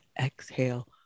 Exhale